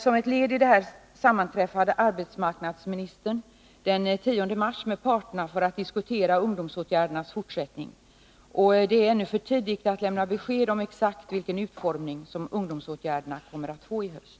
Som ett led i detta sammanträffade arbetsmarknadsministern med parterna den 10 mars för att diskutera ungdomsåtgärdernas fortsättning. Det är ännu för tidigt att lämna besked om exakt vilken utformning som ungdomsåtgärderna kommer att få i höst.